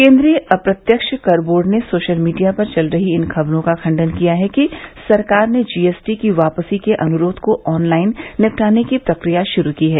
केन्द्रीय अप्रत्यक्ष कर बोर्ड ने सोशल मीडिया पर चल रही इन खबरों का खंडन किया है कि सरकार ने जीएसटी की वापसी के अनुरोध को ऑनलाइन निपटाने की प्रक्रिया शुरू की है